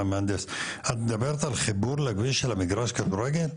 מדברת על חיבור לכביש של המגרש כדורגל?